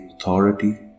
authority